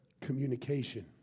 communication